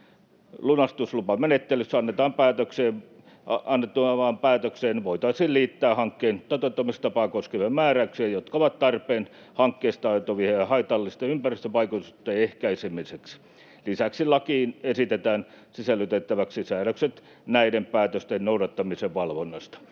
Lunastuslupamenettelyssä annettavaan päätökseen voitaisiin liittää hankkeen toteuttamistapaa koskevia määräyksiä, jotka ovat tarpeen hankkeesta aiheutuvien haitallisten ympäristövaikutusten ehkäisemiseksi. Lisäksi lakiin esitetään sisällytettäväksi säädökset näiden päätösten noudattamisen valvonnasta.